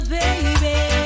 baby